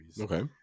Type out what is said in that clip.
Okay